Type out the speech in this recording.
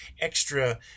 extra